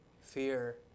fear